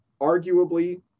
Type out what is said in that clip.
arguably